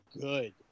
good